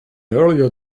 earlier